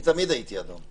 אני תמיד הייתי אדום.